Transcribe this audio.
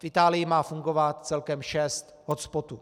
V Itálii má fungovat celkem šest hotspotů.